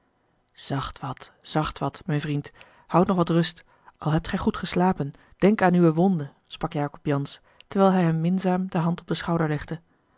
zacht wat zacht wat mijn vriend houd nog wat rust al hebt gij goed geslapen denk aan uwe wnde sprak jacob jansz terwijl hij hem minzaam de hand op den schouder